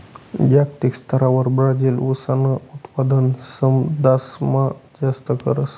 जागतिक स्तरवर ब्राजील ऊसनं उत्पादन समदासमा जास्त करस